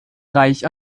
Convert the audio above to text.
reich